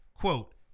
quote